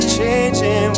changing